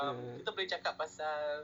err